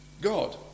God